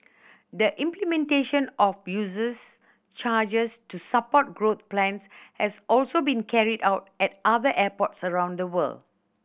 the implementation of users charges to support growth plans has also been carried out at other airports around the world